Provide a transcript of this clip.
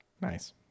Nice